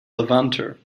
levanter